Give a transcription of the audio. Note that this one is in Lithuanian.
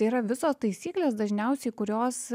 tai yra visos taisyklės dažniausiai kurios